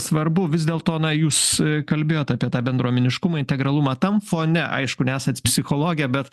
svarbu vis dėl to na jūs kalbėjot apie tą bendruomeniškumą integralumą tam fone aišku neesat psichologė bet